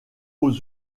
aux